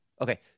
Okay